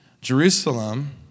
Jerusalem